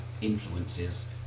influences